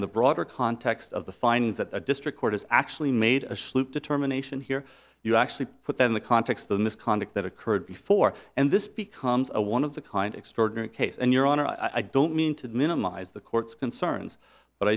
in the broader context of the findings that the district court has actually made a slip determination here you actually put that in the context of the misconduct that occurred before and this becomes a one of the kind extraordinary case and your honor i don't mean to minimize the court's concerns but